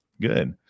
Good